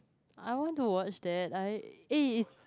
I want to watch that I eh is